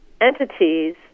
entities